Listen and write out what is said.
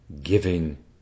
giving